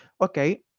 okay